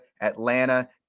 Atlanta